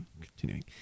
Continuing